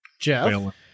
Jeff